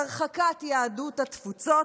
הרחקת יהדות התפוצות,